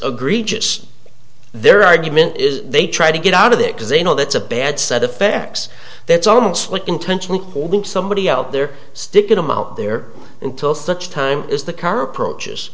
agree just their argument is they try to get out of it because they know that's a bad side effects that's almost slick intentionally holding somebody out there sticking them out there until such time as the car approaches